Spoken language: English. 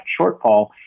shortfall